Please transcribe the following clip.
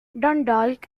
dundalk